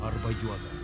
arba juoda